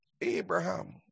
Abraham